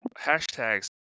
hashtags